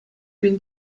been